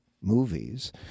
Movies